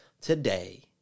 today